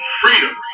freedom